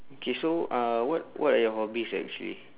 okay so uh what what are your hobbies actually